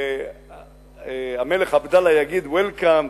והמלך עבדאללה יגיד welcome,